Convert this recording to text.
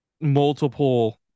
multiple